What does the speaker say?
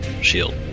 shield